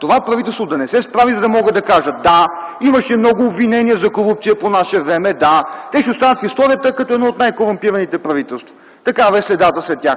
това правителство да не се справи, за да могат да кажат: „Да, имаше много обвинения за корупция по наше време”. Да, те ще останат в историята като едно от най-корумпираните правителства, такава е следата след тях.